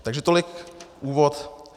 Takže tolik úvod.